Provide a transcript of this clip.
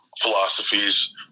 philosophies